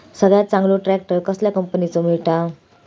सगळ्यात चांगलो ट्रॅक्टर कसल्या कंपनीचो मिळता?